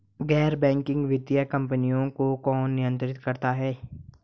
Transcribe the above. गैर बैंकिंग वित्तीय कंपनियों को कौन नियंत्रित करता है?